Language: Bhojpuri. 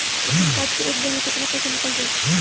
ए.टी.एम कार्ड से एक बेर मे केतना पईसा निकल जाई?